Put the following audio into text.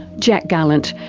jack gallant,